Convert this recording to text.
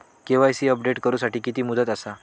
KYC update करू साठी किती मुदत आसा?